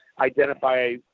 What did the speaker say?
identify